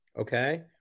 okay